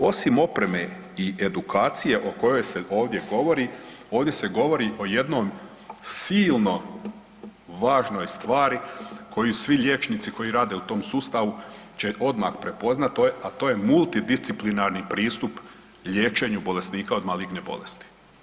Osim opreme i edukacije o kojoj se ovdje govori, ovdje se govori o jednom silno važnoj stvari koju svi liječnici koji rade u tom sustavu će odmah prepoznati, a to je multidisciplinarni pristup liječenju bolesnika od maligne bolesti.